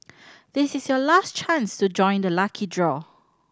this is your last chance to join the lucky draw